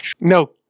No